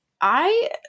I-